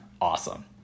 awesome